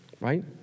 right